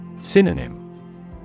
Synonym